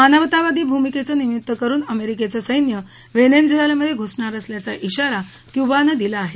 मानवतावादी भूमिकेचं निमित्त करुन अमेरिकेचं सैन्य वेनेझुएलामध्ये घुसणार असल्याचा श्रारा क्युबानं दिला आहे